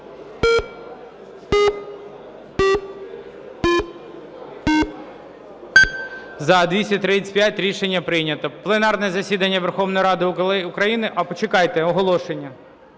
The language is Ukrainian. За-235 Рішення прийнято. Пленарне засідання Верховної Ради України... А, почекайте, оголошення.